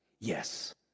Yes